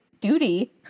duty